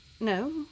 No